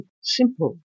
simple